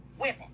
women